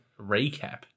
recap